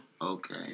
Okay